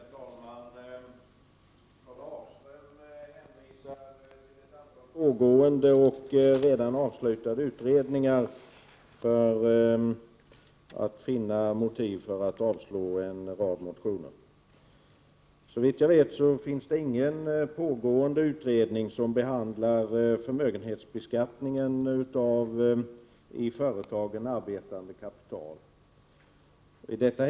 Herr talman! Karl Hagström hänvisar till ett antal pågående och redan avslutade utredningar för att finna motiv för att avslå en rad motioner. Såvitt jag vet, finns det ingen pågående utredning som behandlar förmögenhetsbeskattningen av i företagen arbetande kapital.